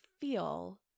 feel